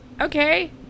Okay